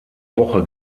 woche